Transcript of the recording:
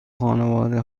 خانواده